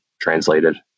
translated